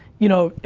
you know,